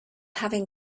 having